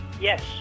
Yes